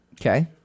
Okay